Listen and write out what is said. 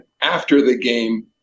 after-the-game